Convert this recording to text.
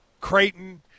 Creighton